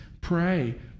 pray